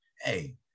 hey